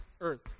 earth